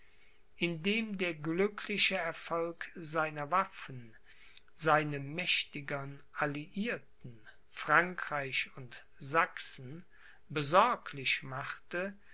indem der glückliche erfolg seiner waffen seine mächtigern alliierten frankreich und sachsen besorglich machte